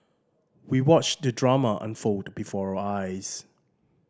we watched the drama unfold before our eyes